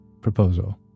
proposal